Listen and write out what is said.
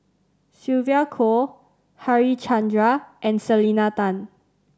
Sylvia Kho Harichandra and Selena Tan